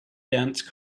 dance